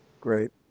Great